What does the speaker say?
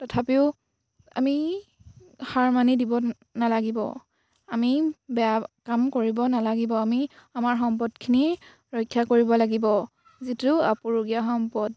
তথাপিও আমি হাৰ মানি দিব নালাগিব আমি বেয়া কাম কৰিব নালাগিব আমি আমাৰ সম্পদখিনি ৰক্ষা কৰিব লাগিব যিটো আপুৰুগীয়া সম্পদ